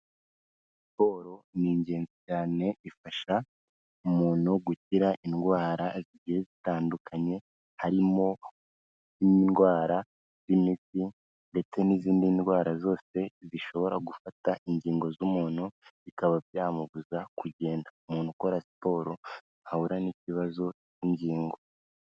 Siporo ni ingenzi cyane ifasha umuntu gukira indwara zitandukanye, harimo n' indwara z'imiti, ndetse n'izindi ndwara zose zishobora gufata ingingo z'umuntu, bikaba byamubuza kugenda. Umuntu ukora siporo ntahura n'ikibazo cy'ingingo.